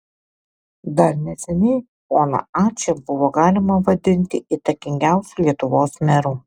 dar neseniai poną ačą buvo galima vadinti įtakingiausiu lietuvos meru